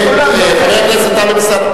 חבר הכנסת טלב אלסאנע,